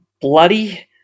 bloody